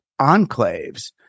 enclaves